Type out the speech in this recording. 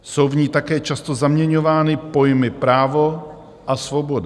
Jsou v ní také často zaměňovány pojmy právo a svoboda.